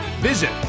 Visit